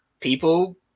people